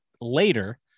later